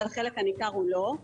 אבל חלק הניכר לא.